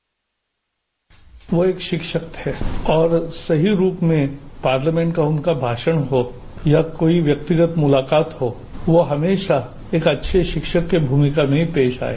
bite वो एक शिक्षक थे और सही रूप में पार्लियामेंट में उनका भाषण हो या कोई व्यक्तिगत मुलाकात हो वो हमेशा एक अच्छें शिक्षक की मूमिका में पेश आए